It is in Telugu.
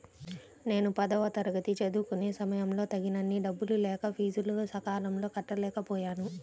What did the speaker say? నేను పదవ తరగతి చదువుకునే సమయంలో తగినన్ని డబ్బులు లేక ఫీజులు సకాలంలో కట్టలేకపోయాను